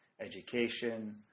education